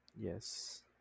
Yes